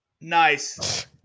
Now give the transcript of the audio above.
Nice